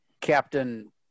captain